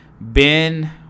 Ben